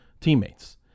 teammates